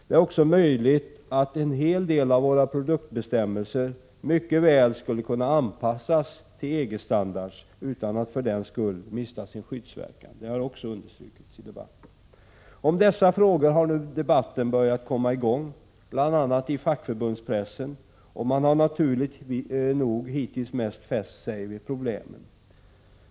Det är även möjligt att en hel del av våra produktbestämmelser mycket väl skulle kunna anpassas till EG-standarder utan att för den skull mista sin skyddsverkan. Också det har understrukits i debatten. Om dessa frågor har nu debatten börjat komma i gång, bl.a. i fackförbundspressen, och man har naturligt nog hittills mest fäst sig vid problemen.